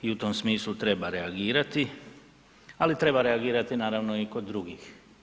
I u tom smislu treba reagirati, ali treba reagirati naravno i kod drugih.